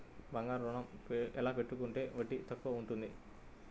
బంగారు ఋణం ఎలా పెట్టుకుంటే వడ్డీ తక్కువ ఉంటుంది?